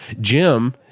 Jim